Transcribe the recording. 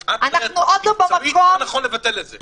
אנחנו עוד לא במקום של לבטל את זה.